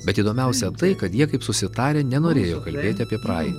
bet įdomiausia tai kad jie kaip susitarę nenorėjo kalbėti apie praeitį